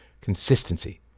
consistency